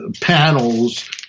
panels